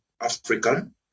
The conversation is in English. African